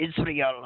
Israel